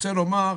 רוצה לומר,